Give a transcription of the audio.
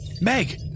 Meg